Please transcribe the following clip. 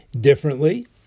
differently